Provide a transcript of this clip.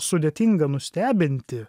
sudėtinga nustebinti